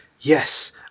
Yes